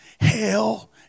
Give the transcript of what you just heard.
hell